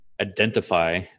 identify